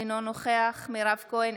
אינו נוכח מירב כהן,